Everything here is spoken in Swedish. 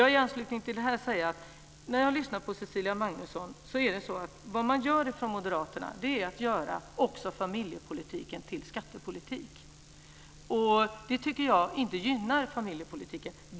Jag har lyssnat på Cecilia Magnusson, och i anslutning till detta måste jag säga att moderaterna gör också familjepolitiken till skattepolitik. Det gynnar inte familjepolitiken.